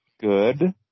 good